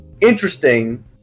interesting